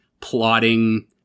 plotting